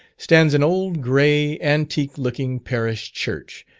stands an old gray, antique-looking parish church,